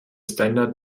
standard